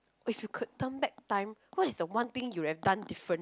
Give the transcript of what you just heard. if you could turn back time what is the one thing you have done different